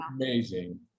Amazing